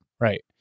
Right